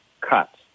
cuts